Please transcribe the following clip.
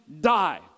die